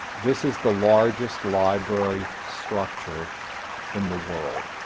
this is the largest library structure in the world,